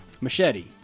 Machete